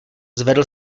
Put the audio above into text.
zvedl